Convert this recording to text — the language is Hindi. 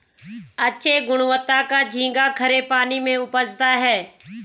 अच्छे गुणवत्ता का झींगा खरे पानी में उपजता है